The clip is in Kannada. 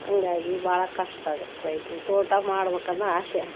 ಹಾಗಾಗಿ ಭಾಳ ಕಷ್ಟ ಆಗುತ್ತೆ ರೈತ್ರಿಗೆ ತೋಟ ಮಾಡ್ಬೇಕನ್ನೋ ಆಸೆ